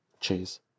Cheers